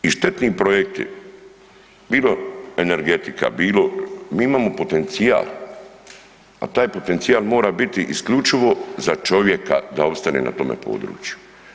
I štetni projekti, bilo energetika, bilo, mi imamo potencijal, a taj potencijal mora biti isključivo za čovjeka da opstane na tome području.